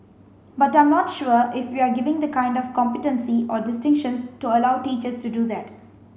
but I'm not sure if we're giving the kind of competency or distinctions to allow teachers to do that